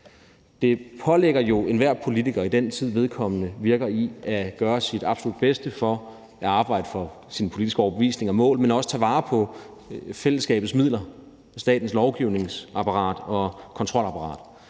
Det påligger jo enhver politiker i den tid, vedkommende virker, at gøre sit absolut bedste for at arbejde for sin politiske overbevisning og sine politiske mål, men også at tage vare på fællesskabets midler og statens lovgivningsapparat og kontrolapparat.